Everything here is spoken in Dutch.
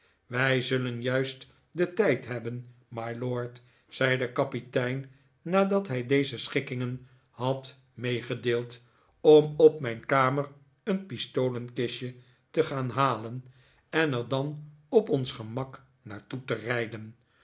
wij zullen juist den tijd hebben mylord zei de kapitein nadat hij deze schikkingen had meegedeeld om op mijn kamer een pistolenkistje te gaan halen en er dan op ons gemak naar toe te rijden